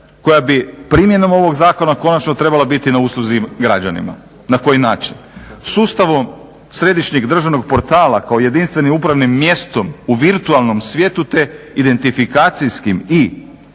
koja bi primjenom ovog zakona konačno trebala biti na usluzi građanima. Na koji način? Sustavom središnjeg državnog portala kao jedinstvenim upravnim mjestom u virtualnom svijetu te identifikacijskim i